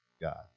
God